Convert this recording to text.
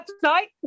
tonight